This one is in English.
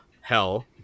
Hell